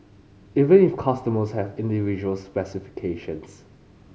even if customers have individual specifications